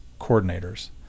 coordinators